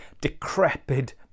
decrepit